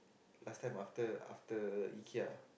last time after after Ikea